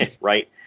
Right